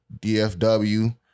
dfw